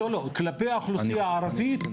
כלפי האוכלוסייה הערבית,